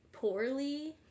poorly